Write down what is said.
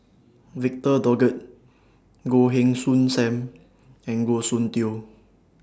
Victor Doggett Goh Heng Soon SAM and Goh Soon Tioe